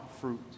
fruit